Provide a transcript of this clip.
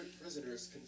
prisoners